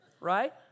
Right